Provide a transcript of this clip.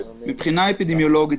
מבחינה אפידמיולוגית,